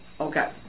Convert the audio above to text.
Okay